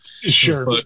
Sure